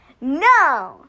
No